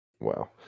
Wow